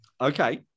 Okay